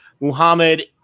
Muhammad